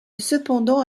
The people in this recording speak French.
cependant